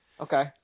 Okay